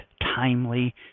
timely